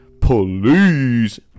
Please